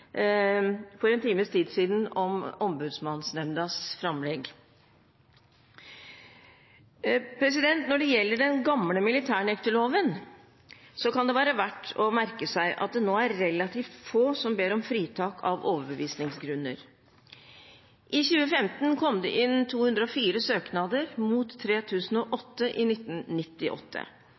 for en times tid siden om Ombudsmannsnemndas framlegg. Når det gjelder den gamle militærnekterloven, kan det være verdt å merke seg at det nå er relativt få som ber om fritak av overbevisningsgrunner. I 2015 kom det inn 204 søknader mot 3 008 i 1998.